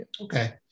Okay